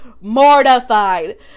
mortified